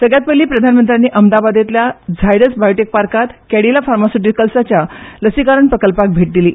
सगल्यांत पयली प्रधानमंत्र्यांनी अहमदाबादेंतल्या झायडस बायोटेक पार्कांत कॅडिला फार्मास्युटिकल्साच्या लसीकरण प्रकल्पाक भेट दिली